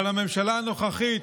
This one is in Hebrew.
אבל הממשלה הנוכחית,